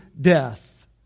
death